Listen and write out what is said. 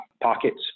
pockets